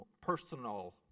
personal